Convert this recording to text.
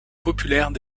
populaires